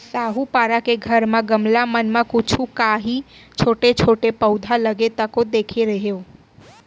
साहूपारा के घर म गमला मन म कुछु कॉंहीछोटे छोटे पउधा लगे तको देखे रेहेंव